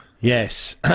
Yes